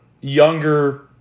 younger